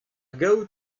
gaout